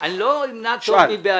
אני לא אמנע טוב מבעליו.